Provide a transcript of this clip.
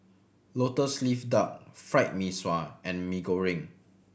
Lotus Leaf Duck Fried Mee Sua and Mee Goreng